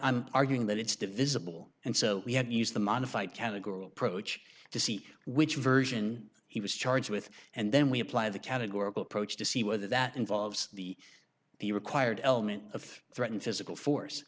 i'm arguing that it's divisible and so we had used the modified category approach to see which version he was charged with and then we apply the categorical approach to see whether that involves the the required element of threat and physical force